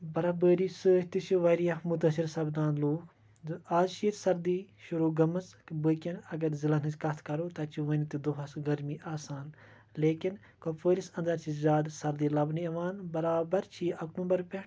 برفبٲری سۭتۍ تہِ چھِ واریاہ مُتٲثر سَپدان لوٗکھ زِ آز چھِ ییٚتہِ سردی شروٗع گٔمٕژ بٲقیَن اگر ضِلعن ہنٛز کتھ کرو تَتہِ چھِ وُنہِ تہِ دۄہس گرمی آسان لیکن کۄپوٲرِس انٛدر چھِ زیادٕ سردی لبنہٕ یِوان برابر چھِ یہِ اکتوٗبر پٮ۪ٹھ